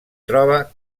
troba